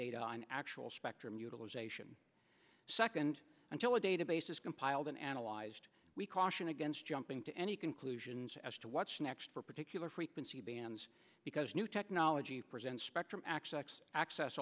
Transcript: data on actual spectrum utilization second until a database is compiled and analyzed we caution against jumping to any conclusions as to what's next for particular frequency bands because new technology present spectrum x x access